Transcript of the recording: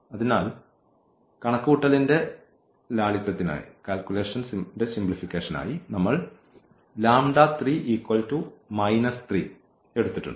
അതിനാൽ കണക്കുകൂട്ടലിന്റെ ലാളിത്യത്തിനായി നമ്മൾ എടുത്തിട്ടുണ്ട്